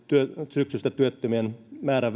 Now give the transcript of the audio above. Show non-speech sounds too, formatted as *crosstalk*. syksyllä alkaneessa työttömien määrän *unintelligible*